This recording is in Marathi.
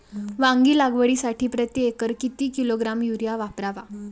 वांगी लागवडीसाठी प्रती एकर किती किलोग्रॅम युरिया वापरावा?